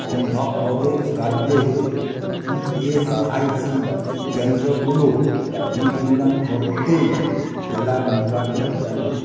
অন্ধ্র প্রদেশ রাজ্যে ইএসআইসি কেন্দ্রগুলো অনুসন্ধান করতে জেলা নির্বাচন করুন